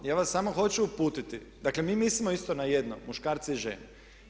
Ja vas samo hoću uputiti, dakle mi mislimo isto na jedno muškarca i ženu.